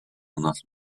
unos